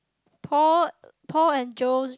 Paul Paul and Joe